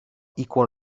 equal